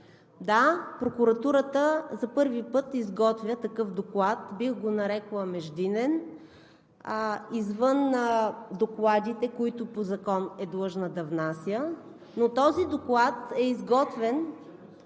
Да, прокуратурата за първи път изготвя такъв доклад, бих го нарекла междинен, извън докладите, които по закон е длъжна да внася, но този доклад е изготвен